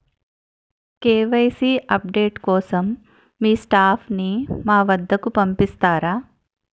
KYC update కోసం మీ staff ని మా వద్దకు పంపిస్తారా?